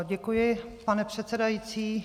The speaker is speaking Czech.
Děkuji, pane předsedající.